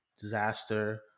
disaster